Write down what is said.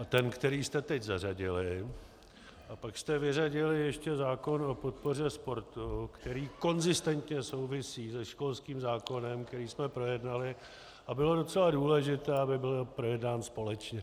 Ten, který jste teď zařadili, a pak jste vyřadili ještě zákon o podpoře sportu, který konzistentně souvisí se školským zákonem, který jsme projednali, a bylo docela důležité, aby byly projednány společně.